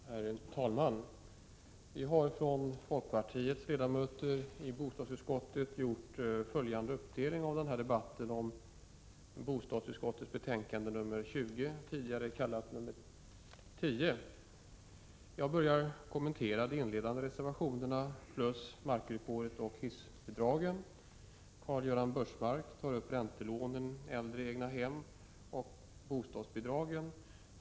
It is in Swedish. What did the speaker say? Herr talman! Vi har från folkpartiet gjort en uppdelning mellan ledamöterna i bostadsutskottet i denna debatt som gäller bostadsutskottets betänkande nr 20, tidigare kallat nr 10. Jag börjar med att kommentera de inledande reservationerna samt markvillkoret och hissbidragen. Karl-Göran Biörsmark tar upp räntelånen, äldre egnahem och bostadsbidragen.